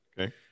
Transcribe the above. Okay